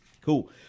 Cool